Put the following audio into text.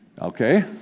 Okay